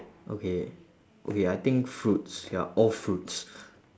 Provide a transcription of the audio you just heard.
okay okay I think fruits ya all fruits